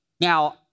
Now